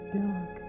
dark